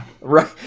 Right